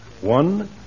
One